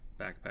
backpack